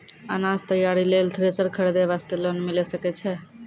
अनाज तैयारी लेल थ्रेसर खरीदे वास्ते लोन मिले सकय छै?